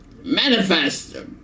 manifest